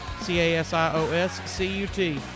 C-A-S-I-O-S-C-U-T